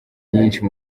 nyinshi